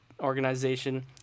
organization